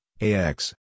AX